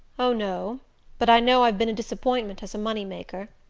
oh, no but i know i've been a disappointment as a money-maker.